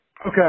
Okay